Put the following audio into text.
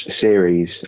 series